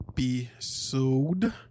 episode